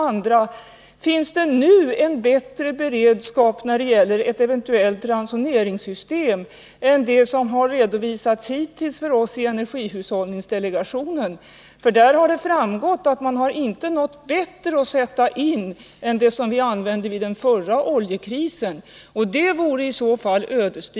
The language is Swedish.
Och vidare: Finns det nu en bättre beredskap när det gäller ett eventuellt ransoneringssystem än vad som har redovisats hittills för oss i energihushållningsdelegationen? Där har det framgått att man inte har något bättre att sätta in än det system som vi använde vid den förra oljekrisen, och det vore i så fall ödesdigert.